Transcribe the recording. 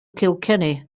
kilkenny